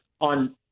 on